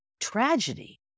tragedy